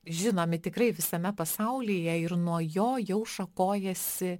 žinomi tikrai visame pasaulyje ir nuo jo jau šakojasi